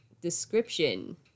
Description